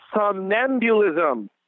Somnambulism